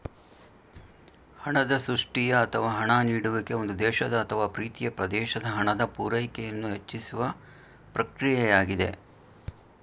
ಹಣದ ಸೃಷ್ಟಿಯ ಅಥವಾ ಹಣ ನೀಡುವಿಕೆ ಒಂದು ದೇಶದ ಅಥವಾ ಪ್ರೀತಿಯ ಪ್ರದೇಶದ ಹಣದ ಪೂರೈಕೆಯನ್ನು ಹೆಚ್ಚಿಸುವ ಪ್ರಕ್ರಿಯೆಯಾಗಿದೆ